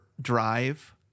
drive